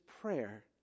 prayer